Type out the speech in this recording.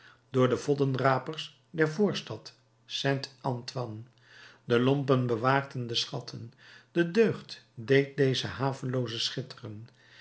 door de voddenrapers der voorstad st antoine de lompen bewaakten de schatten de deugd deed deze haveloozen schitteren